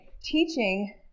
teaching